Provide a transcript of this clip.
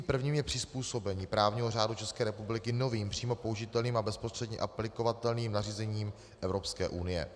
Prvním je přizpůsobení právního řádu České republiky novým přímo použitelným a bezprostředně aplikovatelným nařízením EU.